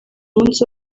munsi